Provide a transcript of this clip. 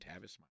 Tavis